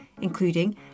including